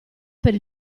per